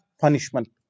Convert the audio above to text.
punishment